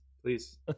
please